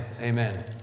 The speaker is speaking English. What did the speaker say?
Amen